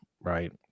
right